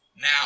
Now